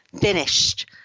finished